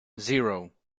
zero